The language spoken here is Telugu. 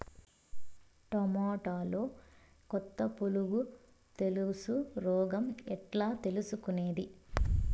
టమోటాలో కొత్త పులుగు తెలుసు రోగం ఎట్లా తెలుసుకునేది?